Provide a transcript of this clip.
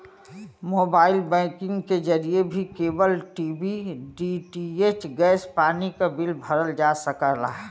mobile banking के जरिए भी केबल टी.वी डी.टी.एच गैस पानी क बिल भरल जा सकला